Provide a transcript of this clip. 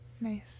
Nice